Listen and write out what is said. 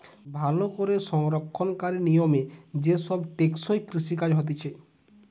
ভালো করে সংরক্ষণকারী নিয়মে যে সব টেকসই কৃষি কাজ হতিছে